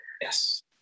Yes